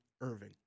Irving